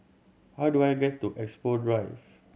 how do I get to Expo Drive